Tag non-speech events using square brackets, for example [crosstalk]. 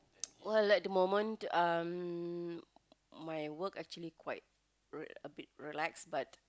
[noise] well at the moment um my work actually quite re~ a bit relax but